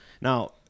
Now